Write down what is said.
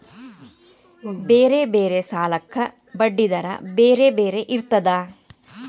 ಬೇರೆ ಬೇರೆ ಸಾಲಕ್ಕ ಬಡ್ಡಿ ದರಾ ಬೇರೆ ಬೇರೆ ಇರ್ತದಾ?